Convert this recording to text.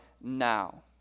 now